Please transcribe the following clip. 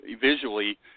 visually